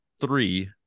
three